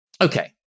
Okay